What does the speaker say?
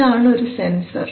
ഇതാണ് ഒരു സെൻസർ